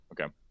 Okay